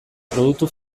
produktu